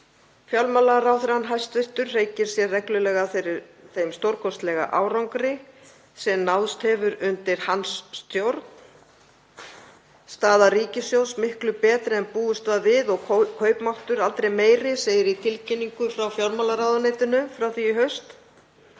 fjármálaráðherra hreykir sér reglulega af þeim stórkostlega árangri sem náðst hefur undir hans stjórn. Staða ríkissjóðs er miklu betri en búist var við og kaupmáttur aldrei meiri, segir í tilkynningu frá fjármálaráðuneytinu frá því í haust.